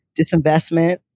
disinvestment